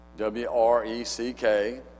W-R-E-C-K